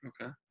Okay